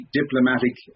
diplomatic